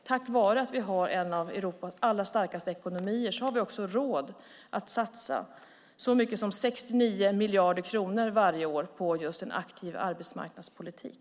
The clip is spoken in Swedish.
Tack vare att vi har en av Europas allra starkaste ekonomier har vi också råd att satsa så mycket som 69 miljarder kronor varje år på just en aktiv arbetsmarknadspolitik.